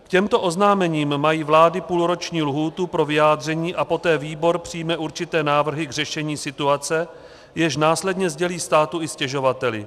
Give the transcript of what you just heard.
K těmto oznámením mají vlády půlroční lhůtu pro vyjádření a poté výbor přijme určité návrhy k řešení situace, jež následně sdělí státu i stěžovateli.